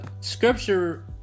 scripture